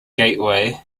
gateway